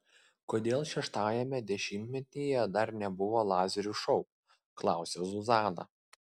kodėl šeštajame dešimtmetyje dar nebuvo lazerių šou klausia zuzana